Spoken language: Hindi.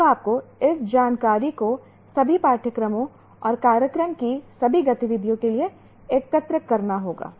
अब आपको इस जानकारी को सभी पाठ्यक्रमों और कार्यक्रम की सभी गतिविधियों के लिए एकत्र करना होगा